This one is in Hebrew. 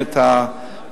רבותי,